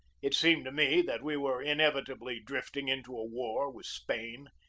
it seemed to me that we were inevitably drifting into a war with spain.